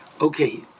Okay